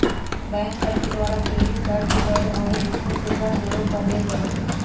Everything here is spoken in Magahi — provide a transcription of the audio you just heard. बैंक सभ के द्वारा क्रेडिट कार्ड के जौरे आउरो दोसरो सुभिधा सेहो पदेल जाइ छइ